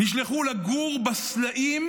נשלחו לגור בסלעים,